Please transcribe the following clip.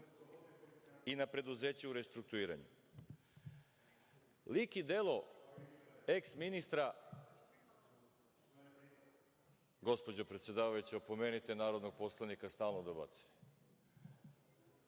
i na preduzeća u restruktuiranju, lik i delo eks ministra…Gospođo predsedavajuća, opomenite narodnog poslanika, stalno dobacuje!